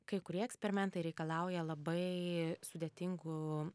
kai kurie eksperimentai reikalauja labai sudėtingų